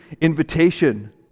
invitation